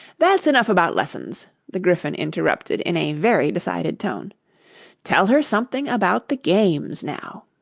that's enough about lessons the gryphon interrupted in a very decided tone tell her something about the games now